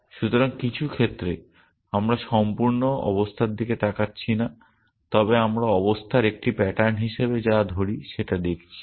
সুতরাং কিছু ক্ষেত্রে আমরা সম্পূর্ণ অবস্থার দিকে তাকাচ্ছি না তবে আমরা অবস্থার একটি প্যাটার্ন হিসাবে যা ধরি সেটা দেখছি